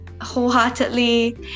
wholeheartedly